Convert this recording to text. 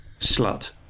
slut